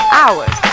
hours